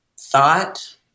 thought